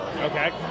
Okay